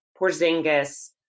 Porzingis